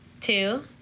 two